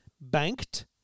banked